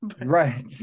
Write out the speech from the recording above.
right